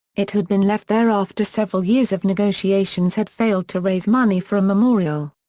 it had been left there after several years of negotiations had failed to raise money for a memorial.